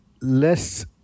less